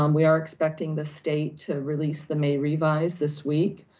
um we are expecting the state to release the may revise this week.